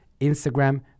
Instagram